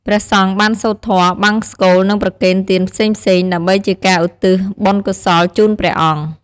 ព្រះសង្ឃបានសូត្រធម៌បង្សុកូល និងប្រគេនទានផ្សេងៗ ដើម្បីជាការឧទ្ទិសបុណ្យកុសលជូនព្រះអង្គ។